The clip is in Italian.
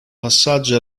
passaggio